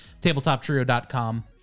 TabletopTrio.com